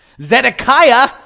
Zedekiah